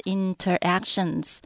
interactions